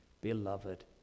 beloved